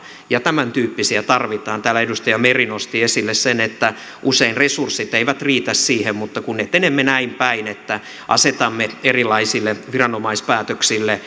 ja tämäntyyppisiä tarvitaan täällä edustaja meri nosti esille sen että usein resurssit eivät riitä siihen mutta kun etenemme näinpäin että asetamme erilaisille viranomaispäätöksille